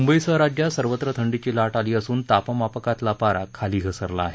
मुंबई सह राज्यात सर्वत्र थंडीची लाट आली असुन तापमापकातला पारा खाली घसरला आहे